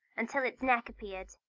until its neck appeared.